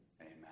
Amen